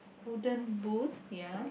wooden booth ya